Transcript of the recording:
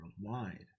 worldwide